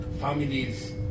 families